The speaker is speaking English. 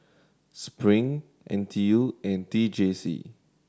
Spring N T U and T J C